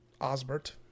Osbert